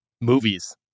movies